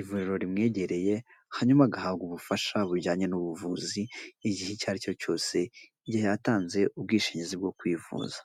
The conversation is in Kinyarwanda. ivuriro rimwegereye, hanyuma agahabwa ubufasha bujyanye n'ubuvuzi igihe icyo ari cyo cyose, igihe yatanze ubwishingizi bwo kwivuza.